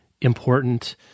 important